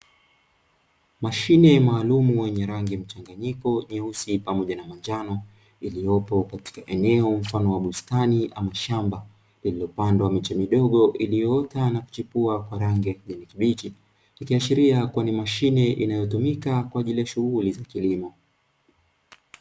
Mashine maalum yenye rangi mchanganyiko, nyeusi pamoja na manjano, iliyopo katika eneo mfano wa bustani ama shamba iliyopandwa miche midogo iliyo na kuchipua kwa rangi ya kijani kibichi, ikionyesha kuwa ni mashine inayotumika kwa ajili ya shughuli za kilimo.